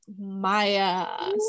maya